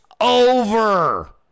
over